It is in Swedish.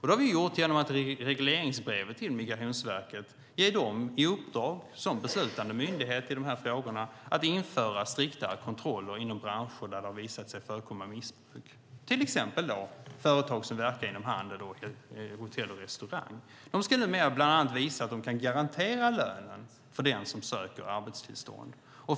Det har vi gjort genom att i regleringsbrevet till Migrationsverket ge dem i uppdrag som beslutande myndighet i dessa frågor att införa striktare kontroller inom branscher där det har visat sig förekomma missbruk. Det är till exempel företag som verkar inom handel, hotell och restaurang. De ska numera bland annat visa att de kan garantera lönen för den som söker arbetstillstånd.